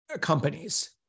companies